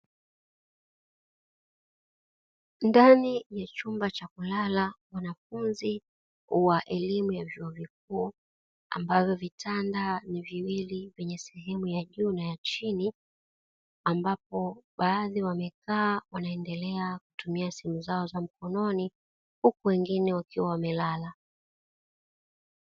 Ndani ya chumba cha kulala wanafunzi wa elimu ya vyuo vikuu ambavyo vitanda ni viwili vyenye sehemu ya juu na ya chini, ambapo baadhi wamekaa wanaendelea kutumia simu zao za mkononi, huku wengine wakiwa wamelala.